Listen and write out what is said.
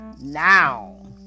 now